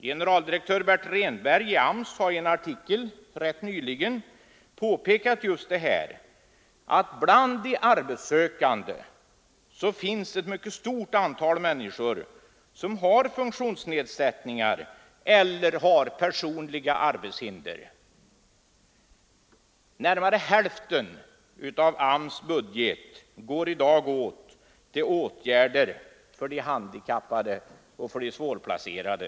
Generaldirektör Bertil Rehnberg i AMS har i en artikel rätt nyligen påpekat just detta, att bland de arbetssökande finns ett mycket stort antal människor som har funktionsnedsättningar eller personliga arbetshinder. Närmare hälften av AMS:s budget går i dag åt till åtgärder för de handikappade och svårplacerade.